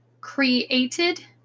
created